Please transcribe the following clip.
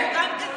כן.